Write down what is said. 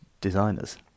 designers